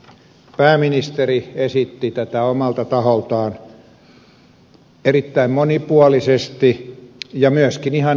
pääministeri esitti tätä omalta taholtaan erittäin monipuolisesti ja myöskin ihan konkreettisesti